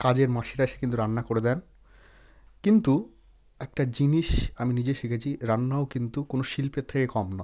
কাজের মাসি টাসি কিন্তু রান্না করে দেন কিন্তু একটা জিনিস আমি নিজে শিখেছি রান্নাও কিন্তু কোনো শিল্পের থেকে কম নয়